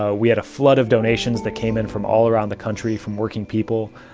ah we had a flood of donations that came in from all around the country from working people,